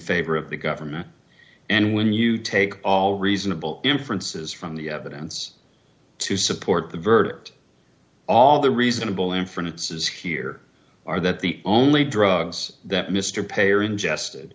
favor of the government and when you take all reasonable inferences from the evidence to support the verdict all the reasonable inferences here are that the only drugs that mr payer ingested